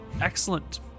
Excellent